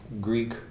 Greek